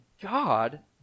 god